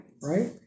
Right